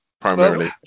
primarily